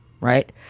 right